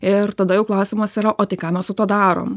ir tada jau klausimas yra o tai ką mes su tuo darom